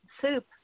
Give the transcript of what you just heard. soup